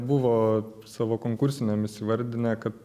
buvo savo konkursinėmis įvardinę kad